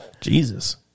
Jesus